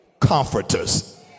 comforters